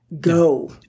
go